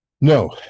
no